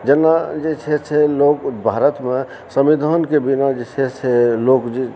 जेना जे छै से लोक भारतमे संविधानके बिना जे छै से लोक जे